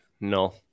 No